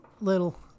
little